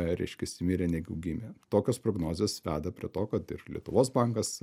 reiškiasi mirė negu gimė tokios prognozės veda prie to kad ir lietuvos bankas